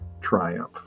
triumph